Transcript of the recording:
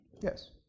Yes